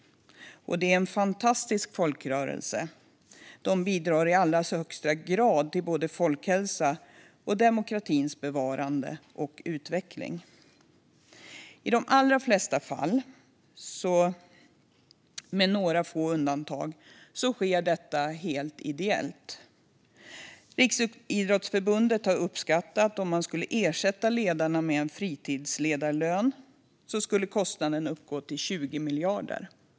Det är en fantastisk folkrörelse. Ledarna bidrar i allra högsta grad till både folkhälsa och demokratins bevarande och utveckling. I de allra flesta fall, med några få undantag, sker detta helt ideellt. Riksidrottsförbundet har uppskattat att om man skulle ersätta ledarna med en fritidsledarlön skulle kostnaden uppgå till 20 miljarder.